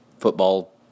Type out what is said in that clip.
football